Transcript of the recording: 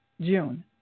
June